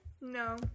No